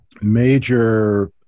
major